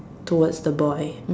towards the boy